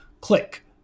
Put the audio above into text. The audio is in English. click